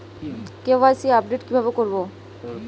KYC update কিভাবে করবো?